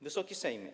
Wysoki Sejmie!